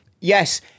Yes